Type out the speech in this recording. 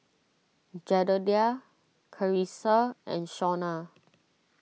Jedediah Charissa and Shaunna